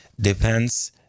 depends